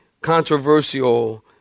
controversial